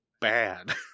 bad